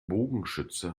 bogenschütze